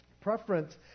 preference